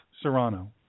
Serrano